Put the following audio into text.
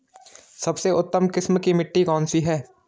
सबसे उत्तम किस्म की मिट्टी कौन सी है?